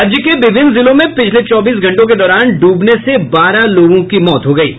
राज्य के विभिन्न जिलों में पिछले चौबीस घंटों के दौरान ड्रबने से बारह लोगों की मौत हुई है